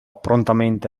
prontamente